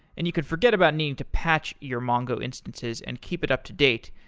and you could forget about needing to patch your mongo instances and keep it up-to-date,